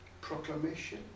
proclamation